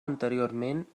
anteriorment